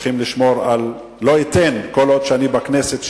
כל עוד אני בכנסת,